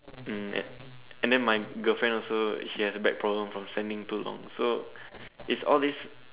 um and than my girlfriend also she has a back problem from standing too long so it's all these